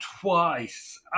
twice